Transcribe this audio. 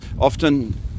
often